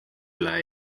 üle